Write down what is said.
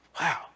Wow